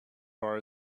far